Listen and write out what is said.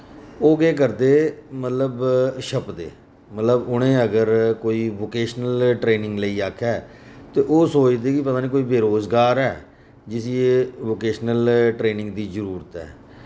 ओ केह् करदे मतलब छपदे मतलब उ'नें अगर कोई वोकेशनल ट्रेनिंग लेई आक्खै ते ओह् सोचदे कि पता निं कोई बेरोजगार ऐ जिसी ए वोकेशनल ट्रेनिंग दी जरूरत ऐ